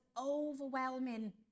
overwhelming